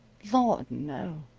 lord no!